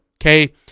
Okay